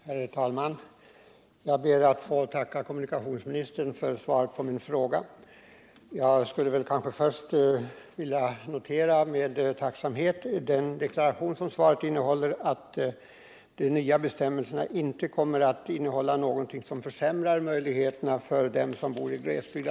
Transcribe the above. Herr talman! Jag ber att få tacka statsrådet för svaret på min fråga. Till att börja med skulle jag vilja notera med tacksamhet den deklaration som svaret innehåller, nämligen att de nya bestämmelserna om statsbidrag för enskilda vägar inte kommer att innehålla någonting som försämrar möjligheterna att erhålla bidrag för dem som bor i glesbygd.